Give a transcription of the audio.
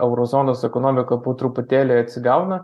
euro zonos ekonomika po truputėlį atsigauna